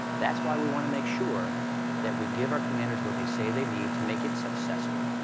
that's why we want to make sure that we give our commanders what they say they need to make it successful.